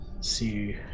see